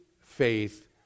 faith